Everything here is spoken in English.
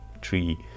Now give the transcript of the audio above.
tree